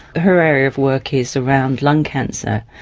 her area of work is around lung cancer,